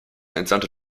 entsandte